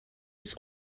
his